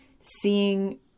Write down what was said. seeing